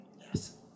Yes